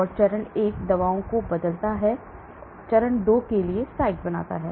इसलिए चरण 1 दवाओं को बदलता है और चरण 2 के लिए साइट बनाता है